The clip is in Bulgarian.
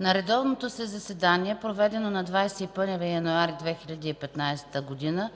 На редовното си заседание, проведено на 21 януари 2015 г.,